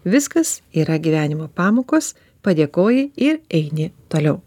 viskas yra gyvenimo pamokos padėkoji ir eini toliau